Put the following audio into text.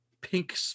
pink